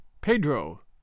Pedro